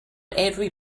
every